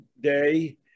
day